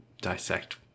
dissect